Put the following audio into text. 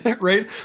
Right